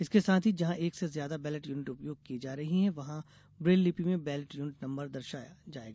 इसके साथ ही जहां एक से ज्यादा बैलेट यूनिट उपयोग की जा रही है वहॉ ब्रेल लिपि में बैलेट यूनिट नम्बर दर्शाया जायेगा